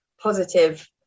positive